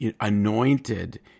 Anointed